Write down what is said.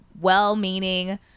well-meaning